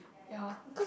ya